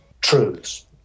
truths